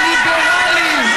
הליברלים,